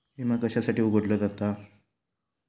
विमा कशासाठी उघडलो जाता?